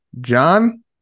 John